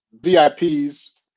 VIPs